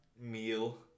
meal